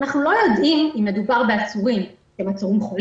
אנחנו לא יודעים אם מדובר בעצורים חולים,